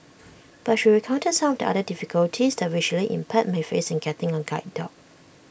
but she recounted some of the other difficulties the visually impaired may face in getting A guide dog